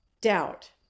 doubt